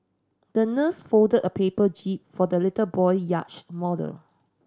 the nurse folded a paper jib for the little boy yacht model